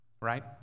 right